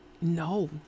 No